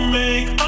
make